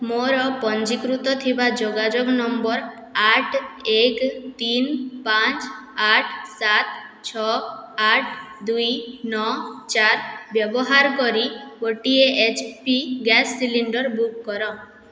ମୋର ପଞ୍ଜୀକୃତ ଥିବା ଯୋଗାଯୋଗ ନମ୍ବର ଆଠ ଏକ ତିନି ପାଞ୍ଚ ଆଠ ସାତ ଛଅ ଆଠ ଦୁଇ ନଅ ଚାରି ବ୍ୟବହାର କରି ଗୋଟିଏ H P gas cylinder book କର